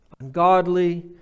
ungodly